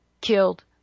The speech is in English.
killed